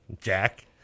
Jack